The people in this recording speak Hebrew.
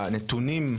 הנתונים,